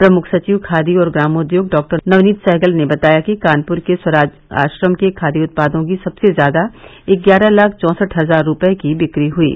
प्रमुख सचिव खादी और ग्रामोद्योग डॉक्टर नवनीत सहगल ने बताया कि कानपुर के स्वराज आश्रम के खादी उत्पादों की सबसे ज्यादा ग्यारह लाख चौंसठ हजार रूपये की बिक्री हुयी